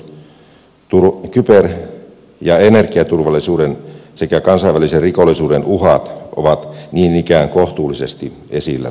kyber ja energiaturvallisuuden sekä kansainvälisen rikollisuuden uhat on niin ikään kohtuullisesti esille tuotu